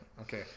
Okay